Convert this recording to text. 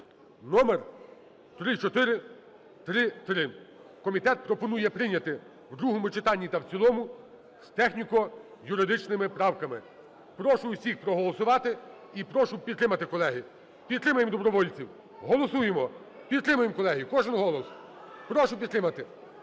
(№ 3433). Комітет пропонує прийняти в другому читанні та в цілому з техніко-юридичними правками. Прошу усіх проголосувати і прошу підтримати, колеги. Підтримаємо добровольців. Голосуємо. Підтримуємо, колеги. Кожен голос. Прошу підтримати.